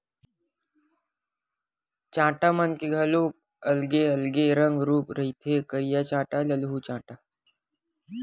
चाटा मन के घलोक अलगे अलगे रंग रुप के रहिथे करिया चाटा, ललहूँ चाटा